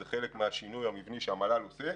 זה חלק מהשינוי המבני שהמל"ל עושה,